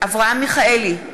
אברהם מיכאלי,